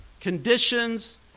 conditions